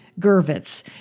Gervitz